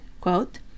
quote